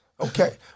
Okay